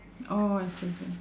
orh I see